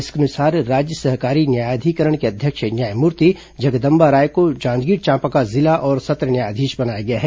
इसके अनुसार राज्य सहकारी न्यायाधिकरण के अध्यक्ष न्यायमूर्ति जगदम्बा राय को जांजगीर चांपा का जिला और सत्र न्यायाधीश बनाया गया है